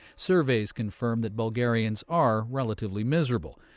surveys confirm that bulgarians are relatively miserable.